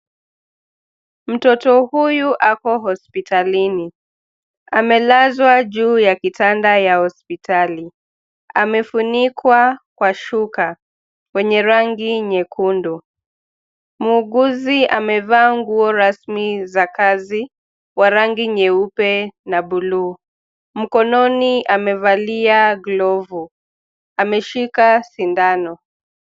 Mtoto huyu ako hospitalini. Amelazwa juu ya kitanda ya hospitali. Amefunikwa kwa shuka wenye rangi nyekundu. Muuguzi amevaa nguo rasmi za kazi wa rangi nyeupe na buluu. Mkononi amevalia glovu. Ameshika sindano.